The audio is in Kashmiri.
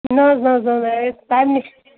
نہ حظ نہ حظ تَمہِ نِش